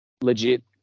legit